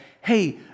hey